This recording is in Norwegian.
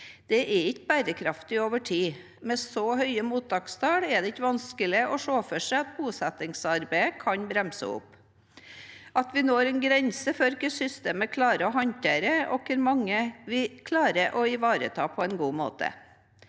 Det er ikke bærekraftig over tid. Med så høye mottakstall er det ikke vanskelig å se for seg at bosettingsarbeidet kan bremse opp. Vi kan nå en grense for hva systemet klarer å håndtere, og for hvor mange vi klarer å ivareta på en god måte.